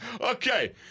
Okay